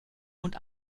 und